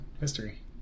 history